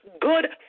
good